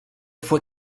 fue